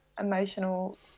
emotional